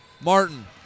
Martin